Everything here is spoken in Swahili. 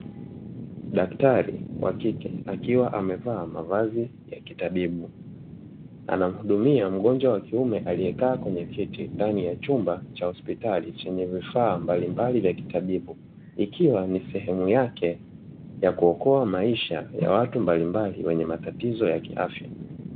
Daktari wa kike akiwa amevaa mavazi ya kitabibu, anamhudumia mgonjwa wa kiume aliyekaa kwenye kiti ndani ya chumba cha hospitali chenye vifaa mbalimbali vya kitabibu ikiwa ni sehemu yake ya kuokoa maisha ya watu mbalimbali wenye matatizo ya kiafya.